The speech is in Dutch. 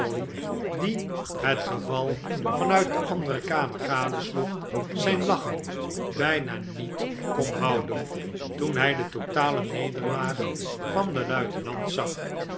die het geval van uit dc andere kamcr gadeslocg zijn lachen bijna niet kon houden toen hij de totale nederlaag van den luitenant zag